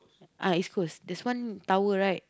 ah East-Coast this one tower right